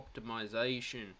optimization